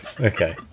Okay